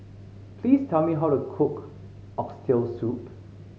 please tell me how to cook Oxtail Soup